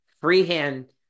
freehand